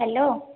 hello